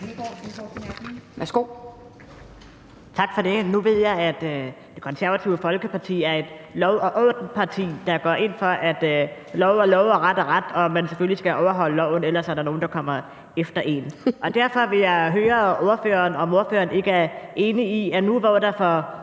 Tak for det. Nu ved jeg, at Det Konservative Folkeparti er et lov og orden-parti, der går ind for, at lov er lov og ret er ret, og at man selvfølgelig skal overholde loven, ellers er der nogen, der kommer efter en. Derfor vil jeg høre ordføreren, om ordføreren ikke er enig i, om ikke man nu, hvor der for